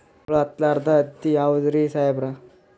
ಹುಳ ಹತ್ತಲಾರ್ದ ಹತ್ತಿ ಯಾವುದ್ರಿ ಸಾಹೇಬರ?